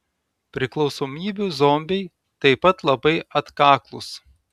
priklausomybių zombiai taip pat labai atkaklūs